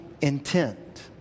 intent